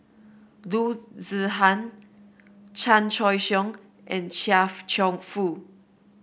Loo Zihan Chan Choy Siong and Chia Cheong Fook